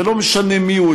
ולא משנה מיהו,